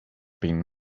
been